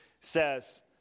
says